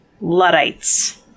Luddites